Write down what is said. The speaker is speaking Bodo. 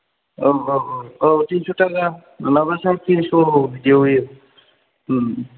औ औ औ औ थिनस' थाखा मालाबा साराय थिनस' बिदियाव होयो